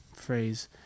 phrase